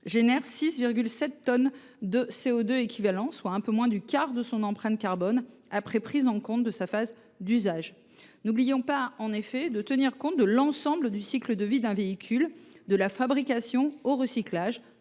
de 6,7 tonnes équivalent CO2, soit un peu moins du quart de son empreinte carbone après avoir pris en compte sa phase d’usage. N’oublions pas de tenir compte de l’ensemble du cycle de vie des véhicules, de la fabrication au recyclage,